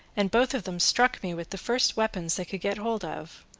and both of them struck me with the first weapons they could get hold of.